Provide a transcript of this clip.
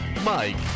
Mike